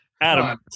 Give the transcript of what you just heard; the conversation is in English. Adam